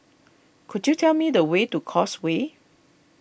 could you tell me the way to Causeway